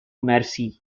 mercy